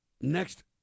next